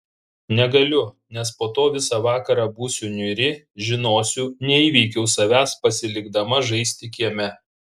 negaliu nes po to visą vakarą būsiu niūri žinosiu neįveikiau savęs pasilikdama žaisti kieme